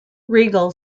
regal